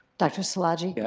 dr. szilagyi? but